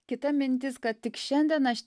kita mintis kad tik šiandien aš